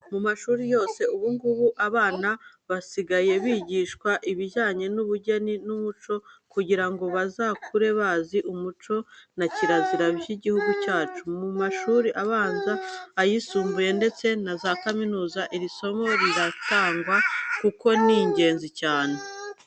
Mu mashuri yose ubu ngubu abana basigaye bigishwa ibijyanye n'ubugeni n'umuco kugira ngo bazakure bazi umuco na kirazira by'igihugu cyacu. Mu mashuri abanza, ayisumbuye ndetse na za kaminuza iri somo riratangwa kuko ni ingenzi cyane.